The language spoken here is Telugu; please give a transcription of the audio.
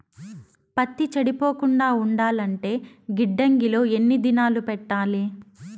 పత్తి చెడిపోకుండా ఉండాలంటే గిడ్డంగి లో ఎన్ని దినాలు పెట్టాలి?